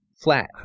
flat